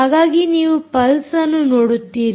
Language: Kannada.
ಹಾಗಾಗಿ ನೀವು ಪಲ್ಸ್ ಅನ್ನು ನೋಡುತ್ತೀರಿ